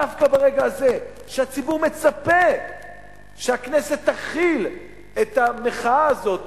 דווקא ברגע הזה שהציבור מצפה שהכנסת תכיל את המחאה הזאת,